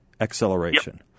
Acceleration